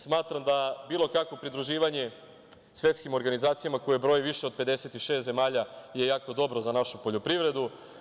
Smatram da bilo kakvo pridruživanje svetskim organizacijama koje broje više od 56 zemalja je jako dobro za našu poljoprivredu.